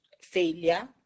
failure